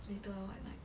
later lor like night